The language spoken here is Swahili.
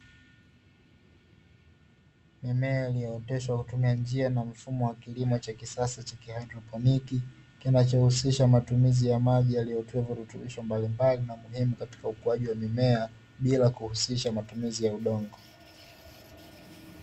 Mimea iliyooteshwa kwa kutumia njia na mfumo wa kilimo cha kisasa cha kihaidroponi, kinachotumia maji yaliyotiwa virutubisho mbalimbali na muhimu katika ukuaji wa mimea bila kuhusisha matumizi ya udongo.